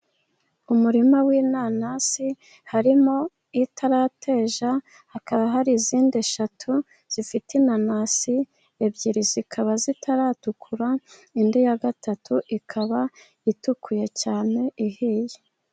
Umurima w'inanasi harimo iyitarateja, hakaba hari izindi eshatu zifite inanasi, ebyiri zikaba zitaratukura, indi ya gatatu ikaba itukuye cyane ihiye.